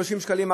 30 שקלים,